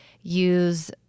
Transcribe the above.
use